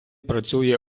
працює